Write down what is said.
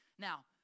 Now